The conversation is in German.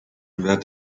wer